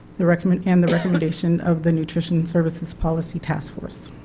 the recommendation the recommendation of the nutrition services policy task force.